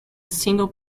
single